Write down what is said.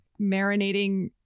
marinating